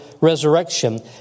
resurrection